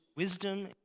Wisdom